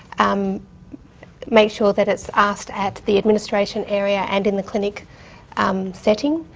um make sure that it's asked at the administration area and in the clinic um setting.